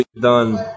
done